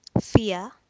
fear